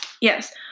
yes